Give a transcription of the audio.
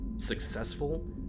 Successful